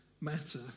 matter